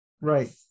Right